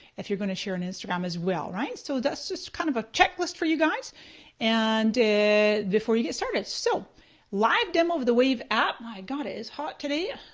if you're gonna share on instagram as well. so that's just kind of a checklist for you guys and before you get started. so live demo of the wave app. my god it is hot today.